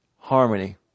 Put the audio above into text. harmony